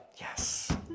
Yes